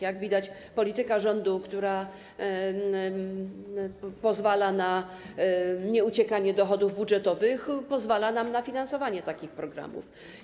Jak widać, polityka rządu, która powoduje nieuciekanie dochodów budżetowych, pozwala nam na finansowanie takich programów.